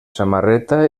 samarreta